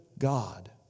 God